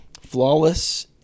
Flawless